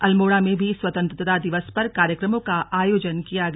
अल्मोड़ा में भी स्वतन्त्रता दिवस पर कार्यक्रमों का आयोजन किया गया